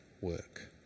work